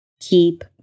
Keep